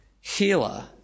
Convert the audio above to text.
healer